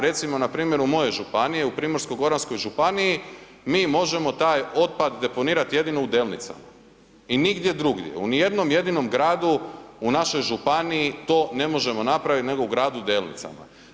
Recimo npr. u mojoj županiji u Primorsko-goranskoj županiji mi možemo taj otpad deponirat jedino u Delnicama i nigdje drugdje u nijednom jedinom gradu u našoj županiji to ne možemo napraviti nego u gradu Delnicama.